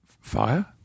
Fire